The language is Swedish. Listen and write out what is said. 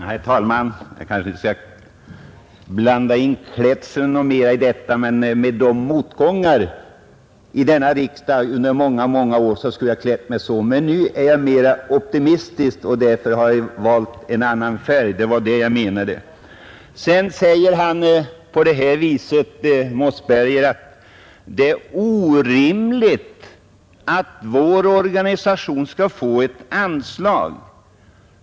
Herr talman! Vi kanske inte mera skall blanda in klädseln i detta, men med tanke på de motgångar jag mött i riksdagen under många år borde jag kanske ha uppträtt i mörka kläder. Nu är jag mera optimistisk, och jag har därför valt en annan färg. Det var det jag menade. Sedan säger herr Mossberger att det är orimligt att vår organisation skall få ett anslag.